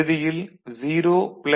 இறுதியில் 0 1